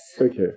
Okay